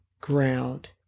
ground